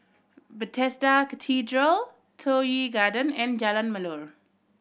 Bethesda Cathedral Toh Yi Garden and Jalan Melor